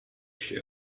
issue